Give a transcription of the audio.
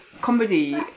comedy